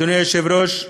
אדוני היושב-ראש,